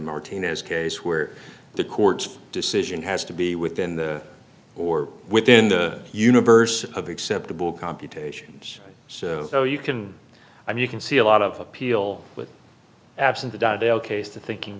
martinez case where the court's decision has to be within the or within the universe of acceptable computations so no you can i mean you can see a lot of peel with